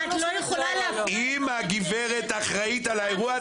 אם הגברת אחראית על האירוע,